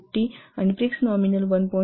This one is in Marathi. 50 आणि प्रीक्स नॉमिनल 1